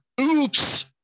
oops